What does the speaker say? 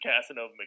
Casanova